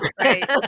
right